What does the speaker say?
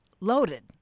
loaded